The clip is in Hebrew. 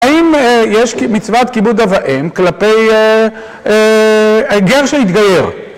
האם יש מצוות כיבוד אבאים כלפי גר שהתגייר?